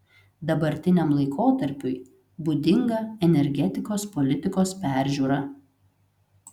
dabartiniam laikotarpiui būdinga energetikos politikos peržiūra